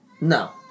No